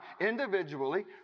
individually